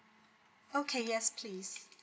okay yes please